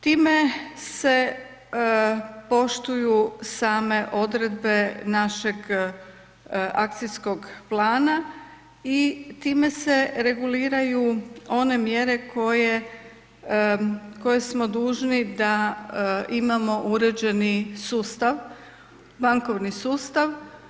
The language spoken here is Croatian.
Time se poštuju same odredbe našeg akcijskog plana i time se reguliraju one mjere koje, koje smo dužni da imamo uređeni sustav, bankovni sustav.